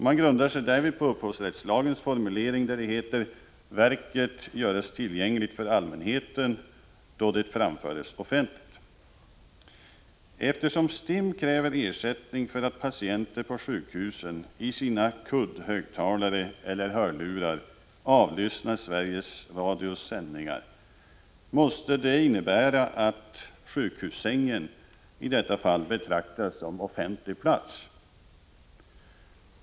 Man grundar sig därvid på upphovsrättslagens formulering: ”Verket göres tillgängligt för allmänheten, då det framföres offentligt.” Eftersom STIM kräver ersättning för att patienter på sjukhusen i sina kuddhögtalare eller hörlurar avlyssnar Sveriges Radios sändningar måste det innebära att sjukhussängen i detta fall betraktas som offentlig plats.